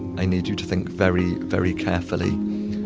i need you to think very very carefully,